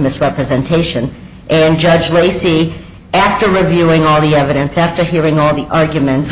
misrepresentation and judge lacy after reviewing all the evidence after hearing all the arguments